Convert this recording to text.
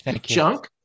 Junk